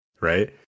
right